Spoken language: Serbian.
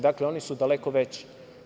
Dakle, oni su daleko veći.